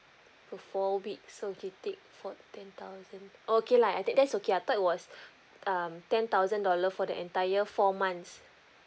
for four weeks so we can take for ten thousand oh okay lah that's okay I thought it was um ten thousand dollar for the entire four months